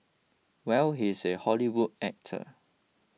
well he's a Hollywood actor